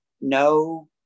No